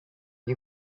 you